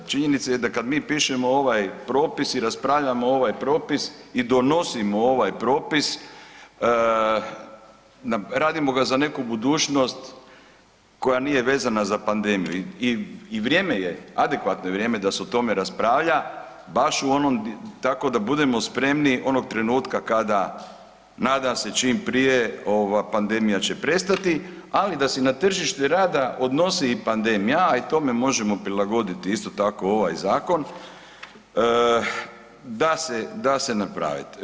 Činjenica je da kad mi pišemo ovaj propis i raspravljamo ovaj propis i donosimo ovaj propis radimo ga za neku budućnost koja nije vezana za pandemiju i vrijeme je, adekvatno je vrijeme da se o tome raspravlja baš u onom, tako da budemo spremni onog trenutka kada nadam se čim prije pandemija će prestati, ali da se na tržište rada odnosi i pandemija, a i tome možemo prilagoditi isto tako ovaj zakon da se, da se napraviti.